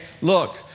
look